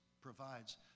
provides